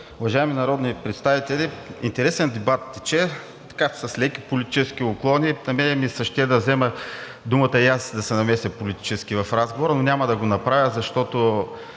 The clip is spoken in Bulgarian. уважаеми народни представители! Интересен дебат тече, с леки политически уклони. На мен ми се ще да взема думата и аз да се намеся политически в разговора, но няма да го направя, защото